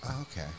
okay